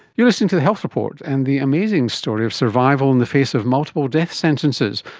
you're listening to the health report and the amazing story of survival in the face of multiple death sentences.